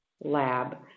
lab